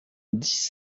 dix